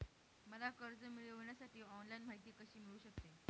मला कर्ज मिळविण्यासाठी ऑनलाइन माहिती कशी मिळू शकते?